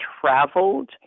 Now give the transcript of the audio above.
traveled